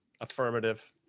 affirmative